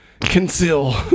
conceal